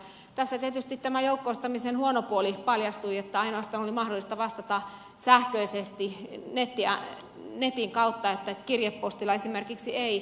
tässä tietysti tämä joukkoistamisen huono puoli paljastui että ainoastaan oli mahdollista vastata sähköisesti netin kautta ja että kirjepostilla esimerkiksi ei